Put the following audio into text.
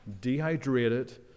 dehydrated